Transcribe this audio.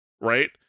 right